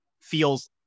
feels